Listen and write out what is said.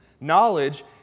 Knowledge